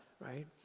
right